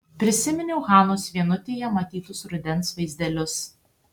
prisiminiau hanos vienutėje matytus rudens vaizdelius